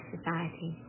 Society